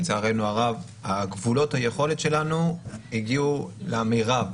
לצערנו הרב, גבולות היכולת שלנו הגיעו למירב.